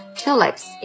tulips